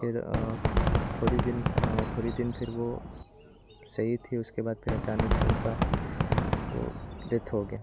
फिर थोड़े दिन थोड़े दिन फिर वो सही थी उसके बाद फिर अचानक से उनका वो डेथ हो गया